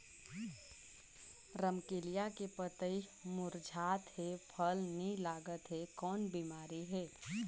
रमकलिया के पतई मुरझात हे फल नी लागत हे कौन बिमारी हे?